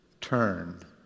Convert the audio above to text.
turn